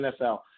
NFL